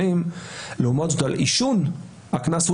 מהנורמה החברתית ועם הפשיעה ועם הפשיעה החמורה,